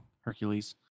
Hercules